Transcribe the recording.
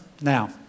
Now